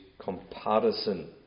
comparison